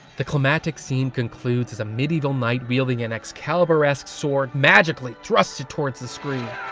the climatic scene concludes as a medival knight weilding an excalibur-esque sword magically thrusts it towards the screen.